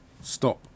stop